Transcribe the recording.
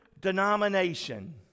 denomination